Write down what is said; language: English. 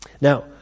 Now